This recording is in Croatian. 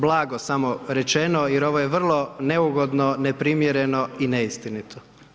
Blago samo rečeno jer ovo je vrlo neugodno, neprimjereno i neistinito.